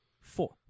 four